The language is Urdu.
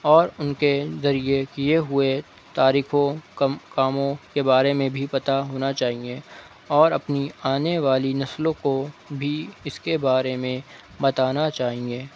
اور ان کے ذریعے کیے ہوئے تاریخوں کاموں کے بارے میں بھی پتہ ہونا چاہیے اور اپنی آنے والی نسلوں کو بھی اس کے بارے میں بتانا چاہیے